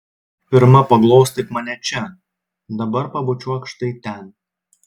pirma paglostyk mane čia dabar pabučiuok štai ten